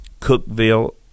cookville